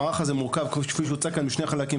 המערך הזה מורכב כפי שהוצג כאן בשני חלקים,